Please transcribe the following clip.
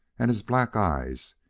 and his black eyes,